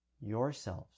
yourselves